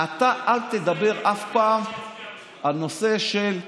אתה, אל תדבר אף פעם על נושא של ערכים.